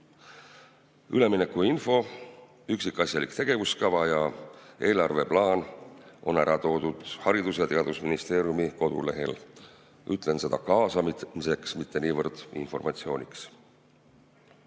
Üleminekuinfo, üksikasjalik tegevuskava ja eelarveplaan on ära toodud Haridus- ja Teadusministeeriumi kodulehel. Ütlen seda kaasamiseks, mitte niivõrd informatsiooniks."Võib